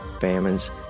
famines